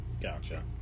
Gotcha